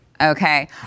Okay